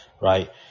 right